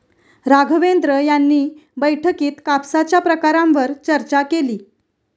राघवेंद्र यांनी बैठकीत कापसाच्या प्रकारांवर चर्चा केली